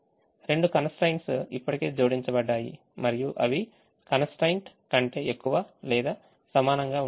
రెండు constraints ఇప్పటికే జోడించబడ్డాయి మరియు అవి constraint కంటే ఎక్కువ లేదా సమానంగా ఉంటాయి